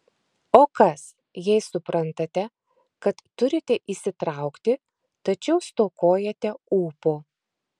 o kas jei suprantate kad turite įsitraukti tačiau stokojate ūpo